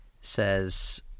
says